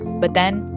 but then,